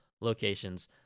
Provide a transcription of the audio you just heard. locations